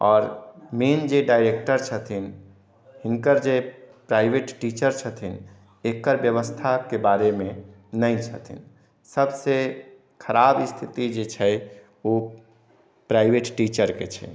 आओर मेन जे डाइरेक्टर छथिन हुनकर जे प्राइवेट टीचर छथिन एकर व्यवस्था के बारे मे नहि छथिन सबसे खराब स्थिति जे छै ओ प्राइवेट टीचर के छै